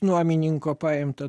nuomininko paimta